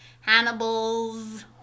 Hannibal's